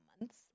months